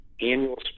annual